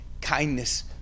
kindness